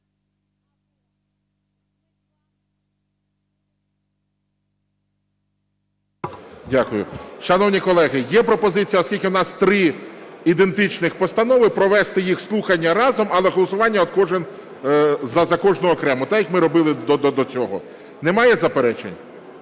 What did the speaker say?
Дякую. Шановні колеги, є пропозиція, оскільки у нас три ідентичних постанови, провести їх слухання разом, але голосування за кожну окремо. Так як ми робили до цього. Немає заперечень?